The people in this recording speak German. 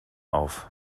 auf